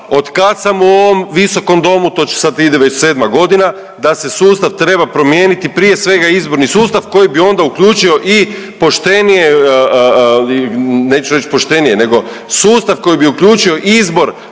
kad sam u ovom Visokom domu to ću, ide sad već 7 godina da se sustav treba promijeniti, prije svega izborni sustav koji bi onda uključio i poštenije neću reći poštenije nego sustav koji bi uključio izbor